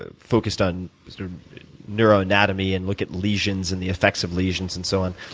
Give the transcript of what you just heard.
ah focused on neuroanatomy and look at lesions and the effects of lesions and so on,